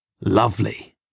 Lovely